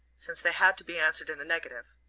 since they had to be answered in the negative.